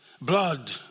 blood